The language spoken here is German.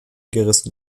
gerissen